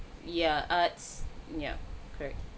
yeah arts yup correct